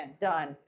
Done